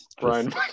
Brian